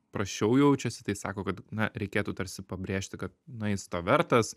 prasčiau jaučiasi tai sako kad na reikėtų tarsi pabrėžti kad na jis to vertas